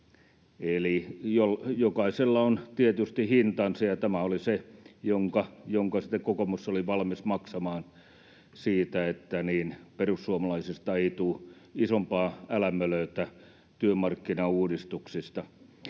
jokaisella on tietysti hintansa, ja tämä oli se, jonka sitten kokoomus oli valmis maksamaan siitä, että perussuomalaisista ei tule isompaa älämölöä työmarkkinauudistuksista.